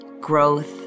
growth